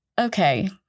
okay